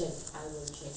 mm